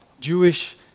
Jewish